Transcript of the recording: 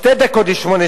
שתי דקות ל-20:00,